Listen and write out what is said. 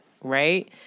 right